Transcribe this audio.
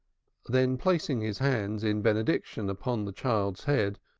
then, placing his hand in benediction upon the child's head,